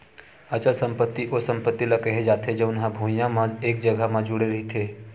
अचल संपत्ति ओ संपत्ति ल केहे जाथे जउन हा भुइँया म एक जघा म जुड़े रहिथे